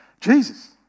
Jesus